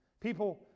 People